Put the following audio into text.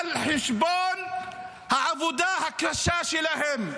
על חשבון העבודה הקשה שלהם.